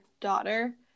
daughter